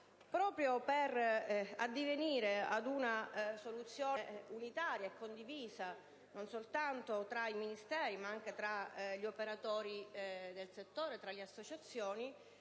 Governo per addivenire ad una soluzione unitaria e condivisa non soltanto tra i Ministeri, ma anche tra gli operatori del settore, tra le associazioni,